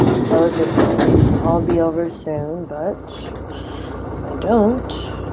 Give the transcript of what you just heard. tell it this will all be over soon but i don't,